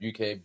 UK